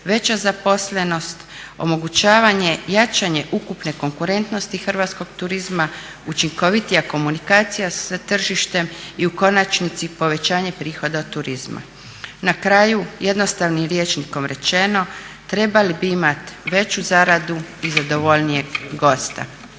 veća zaposlenost, omogućavanje jačanje ukupne konkurentnosti hrvatskog turizma, učinkovitija komunikacija s tržištem i u konačnici povećanje prihoda od turizma. Na kraju jednostavnim rječnikom rečeno, trebali bi imati veću zaradu i zadovoljnijeg gosta.